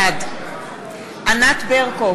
בעד ענת ברקו,